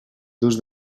dos